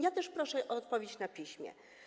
Ja też proszę o odpowiedź na piśmie.